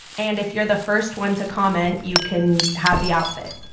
and if you're the first one to comment, you can have the outfit.